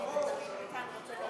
ברור, ברור שאין.